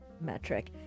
metric